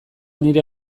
nire